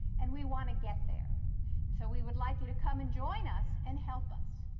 and we want to get there. and so we would like you to come and join us, and help us.